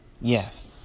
Yes